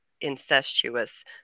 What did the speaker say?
incestuous